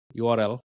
URL